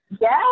Yes